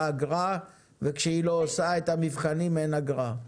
אגרה וכשהיא לא עושה את המבחנים אין אגרה.